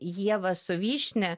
ievą su vyšnia